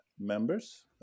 members